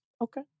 Okay